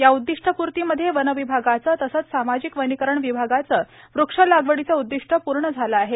या उददिष्टपूर्तीमध्ये वनविभागाचं तसंच सामाजिक वनिकरण विभागाचं वृक्ष लागवडीचं उददिष्ट पूर्ण झालं आहे